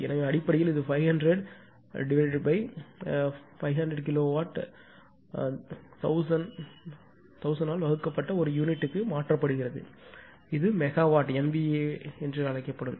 எனவே அடிப்படையில் இது 500 வகுத்தல் இது உங்கள் 500 கிலோவாட் 1000 ஆல் வகுக்கப்பட்ட ஒரு யூனிட்டுக்கு மாற்றப்படுகிறது இது மெகாவாட் MVA வகுக்கப்படும்